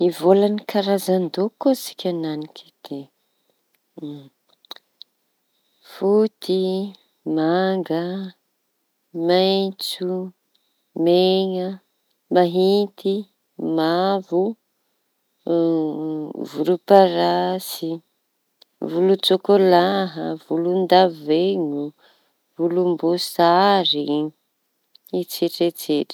Ivôlaña karazan-doko koa isika enanik'ity foty, manga, maintso, mena maïnty, mavo, volomparasy, volontsôkôlaha, volon-daveno, volom-boasary, etsetraetsetra.